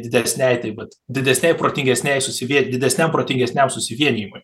didesnei tai vat didesnei protingesnei susivie didesniam protingesniam susivienijimui